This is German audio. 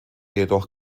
jedoch